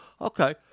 okay